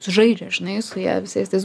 sužaidžia žinai su ja visais tais